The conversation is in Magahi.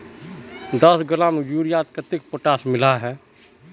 दस किलोग्राम यूरियात कतेरी पोटास मिला हाँ?